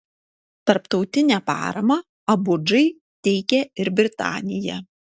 tarptautinę paramą abudžai teikia ir britanija